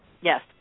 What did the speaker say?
Yes